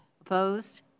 Opposed